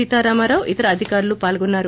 సీతారామావు ఇతర అధికారులు పాల్గొన్నారు